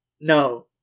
no